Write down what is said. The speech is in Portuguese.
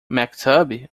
maktub